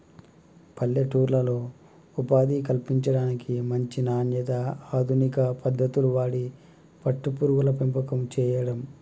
పల్లెటూర్లలో ఉపాధి కల్పించడానికి, మంచి నాణ్యత, అధునిక పద్దతులు వాడి పట్టు పురుగుల పెంపకం చేయడం